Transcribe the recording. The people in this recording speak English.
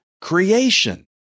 creation